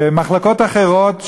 במחלקות אחרות,